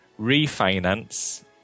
refinance